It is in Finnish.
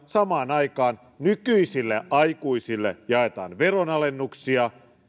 samaan aikaan nykyisille aikuisille jaetaan veronalennuksia